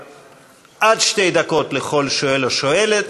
עד שתי דקות לכל שואל או שואלת,